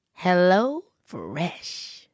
HelloFresh